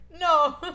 No